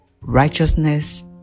righteousness